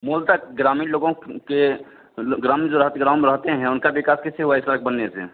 मूलतः ग्रामीण लोगों के ग्राम में जो रह ग्राम में जो रहते हैं उनका विकास किस लिये हुआ है ये सड़क बनने से